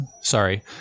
sorry